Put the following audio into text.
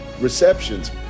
receptions